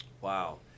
wow